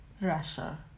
Russia